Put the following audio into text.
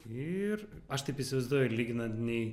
ir aš taip įsivaizduoju lyginant nei